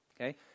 okay